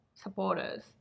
Supporters